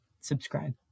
subscribe